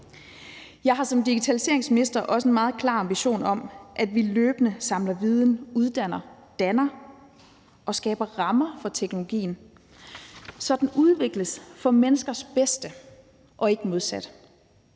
Jeg har som digitaliseringsminister også en meget klar ambition om, at vi løbende samler viden, uddanner og danner og skaber rammer for teknologien, så den udvikles for menneskers bedste og ikke det